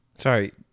Sorry